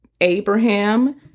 Abraham